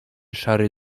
szary